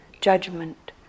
judgment